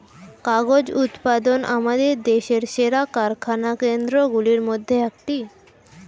কাগজ উৎপাদন আমাদের দেশের সেরা কারখানা কেন্দ্রগুলির মধ্যে একটি